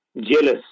jealous